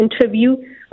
interview